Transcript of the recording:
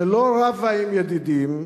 שלא רבה עם ידידים,